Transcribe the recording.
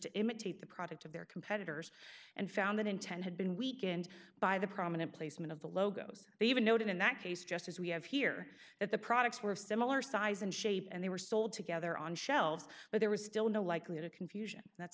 to imitate the products of their competitors and found that in ten had been weakened by the prominent placement of the logos even noted in that case just as we have here that the products were of similar size and shape and they were sold together on shelves but there was still no likelihood of confusion that's